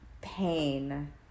pain